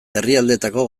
herrialdeetako